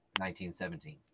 1917